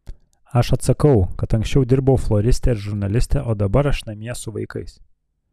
aš atsakau kad anksčiau dirbau floriste ir žurnaliste o dabar aš namie su vaikais